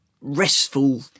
restful